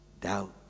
doubt